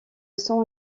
sont